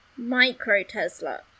microtesla